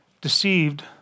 deceived